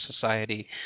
society